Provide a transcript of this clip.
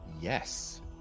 Yes